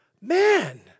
man